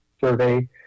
survey